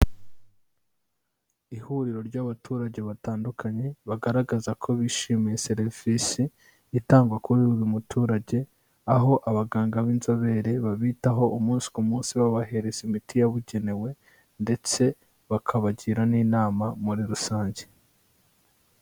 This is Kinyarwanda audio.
Ihuriro ry'abaturage batandukanye, bagaragaza ko bishimiye serivisi itangwa kuri buri muturage, aho abaganga b'inzobere babitaho, umunsi ku munsi babahereza imiti yabugenewe, ndetse bakabagira n'inama muri rusange.